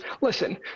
listen